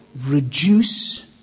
reduce